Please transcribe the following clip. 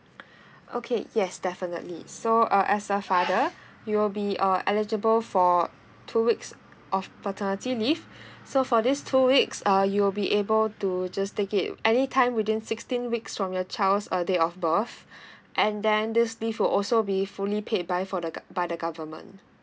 okay yes definitely so uh as a father you will be uh eligible for two weeks of paternity leave so for this two weeks uh you'll be able to just take it any time within sixteen weeks from your child's uh date of birth and then this leave would also be fully paid by for the gov~ by the government